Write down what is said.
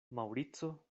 maŭrico